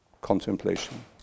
contemplation